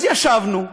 אז ישבנו,